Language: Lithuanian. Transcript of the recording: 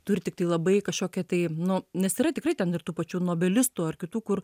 turi tiktai labai kažkokią tai nu nes yra tikrai ten ir tų pačių nobelistų ar kitų kur